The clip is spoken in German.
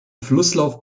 flusslauf